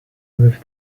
with